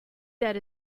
that